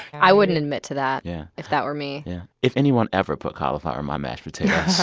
i wouldn't admit to that, yeah if that were me yeah, if anyone ever put cauliflower in my mashed potatoes.